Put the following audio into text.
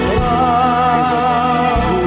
love